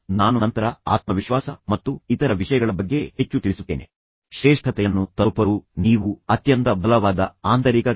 ಯಾರು ಮೊದಲು ಇದನ್ನು ಮಾಡಿದ್ದಾರೆ ಶಿಲ್ಪಾಃ ಕಿಶೋರ್ ಅವರನ್ನು ಸೇರಿಸಬೇಡಿ ಮತ್ತು ಓಹ್ ಅದನ್ನು ಮಾಡಿದ್ದು ಶಿಲ್ಪಾ ಎಂದು ಹೇಳಬೇಡಿ